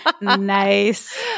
Nice